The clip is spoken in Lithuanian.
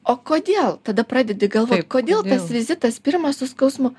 o kodėl tada pradedi galvot kodėl tas vizitas pirmas su skausmu